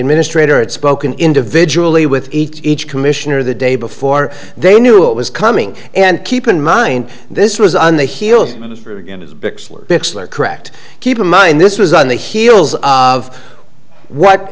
administrator and spoken individually with each commissioner the day before they knew it was coming and keep in mind this was on the heels are correct keep in mind this was on the heels of what